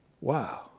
Wow